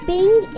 Ping